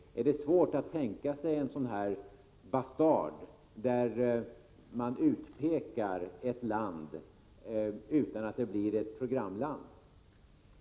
Är det svårt att tänka sig ett mellanting, där man utpekar ett land utan att detta utses till programland?